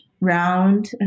round